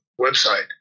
website